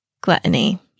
gluttony